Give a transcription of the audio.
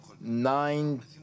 nine